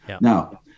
Now